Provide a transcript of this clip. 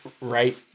Right